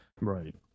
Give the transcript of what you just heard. Right